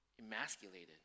Emasculated